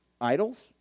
idols